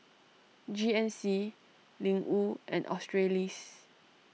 G N C Ling Wu and Australis